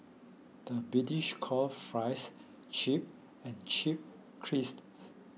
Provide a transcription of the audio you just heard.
the British calls Fries Chips and chips